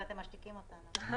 ואתם משתיקים אותנו.